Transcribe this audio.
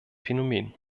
phänomen